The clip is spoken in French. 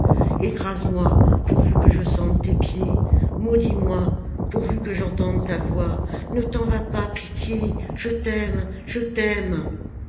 ruisseau ecrase moi pourvu que je sente tes pieds maudis moi pourvu que j'entende ta voix ne t'en va pas pitié je t'aime je t'aime